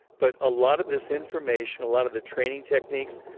but a lot of this information, a lot of the training techniques,